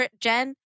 Jen